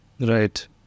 Right